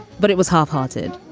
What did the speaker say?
but it was halfhearted.